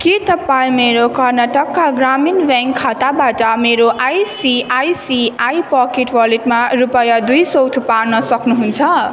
के तपाईँ मेरो कर्नाटकका ग्रामीण ब्याङ्क खाताबाट मेरो आइसिआइसिआई पकेट वलेटमा रुपयाँ दुई सय थुपार्न सक्नुहुन्छ